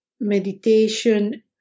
meditation